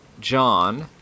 John